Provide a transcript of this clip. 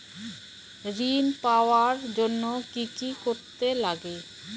ঋণ পাওয়ার জন্য কি কি করতে লাগে?